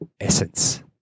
essence